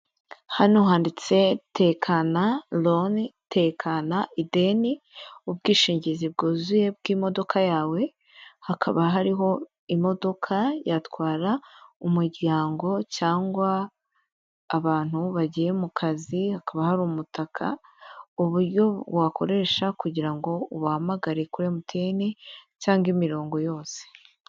Hano handitse tekana roni, tekana ideni, ubwishingizi bwuzuye bw'imodoka yawe, hakaba hariho imodoka yatwara umuryango cyangwa abantu bagiye mu kazi, hakaba hari umutaka, uburyo wakoresha kugira ngo ubahamagare kuri emutiyene cyangwa imirongo yose.